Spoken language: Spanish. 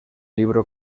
libro